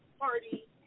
party